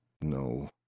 no